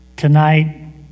Tonight